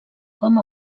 com